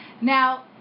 Now